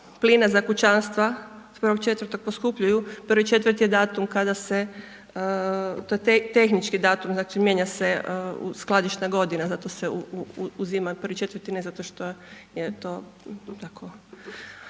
plina za kućanstva od 1.4. poskupljuju 1.4. je datum kada se, to je tehnički datum znači mijenja se skladišna godina zato se uzima 1.4. ne zato što je to tako